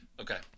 Okay